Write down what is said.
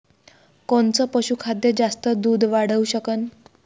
कोनचं पशुखाद्य जास्त दुध वाढवू शकन?